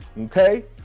Okay